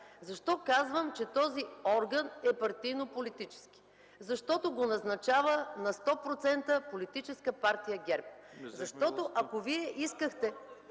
Защо казвам, че този орган е партийно-политически? Защото го назначава на 100% Политическа партия ГЕРБ. ГЕОРГИ АНДОНОВ (ГЕРБ,